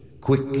Quick